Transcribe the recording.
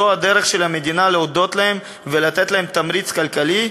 זו הדרך של המדינה להודות להם ולתת להם תמריץ כלכלי,